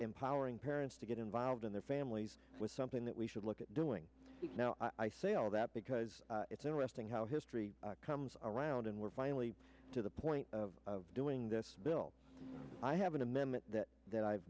empowering parents to get involved in their families was something that we should look at doing now i say all that because it's interesting how history comes around and we're finally to the point of doing this bill i have an amendment that